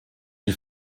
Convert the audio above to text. die